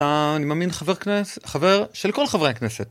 אני מאמין חבר כנסת, חבר של כל חברי הכנסת.